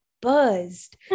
Buzzed